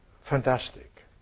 fantastic